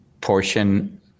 portion